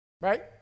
right